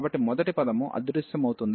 కాబట్టి మొదటి పదము అదృశ్యమవుతుంది